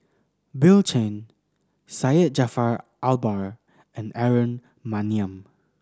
Bill Chen Syed Jaafar Albar and Aaron Maniam